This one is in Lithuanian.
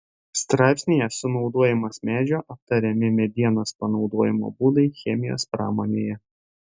straipsnyje sunaudojimas medžio aptariami medienos panaudojimo būdai chemijos pramonėje